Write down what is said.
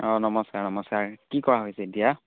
অঁ নমস্কাৰ নমস্কাৰ কি কৰা হৈছে এতিয়া